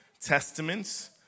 testaments